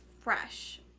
fresh